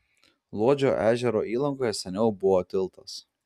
luodžio ežero įlankoje seniau buvo tiltas